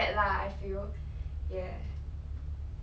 but 你会觉得我你会觉得我很骄傲 meh